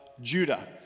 Judah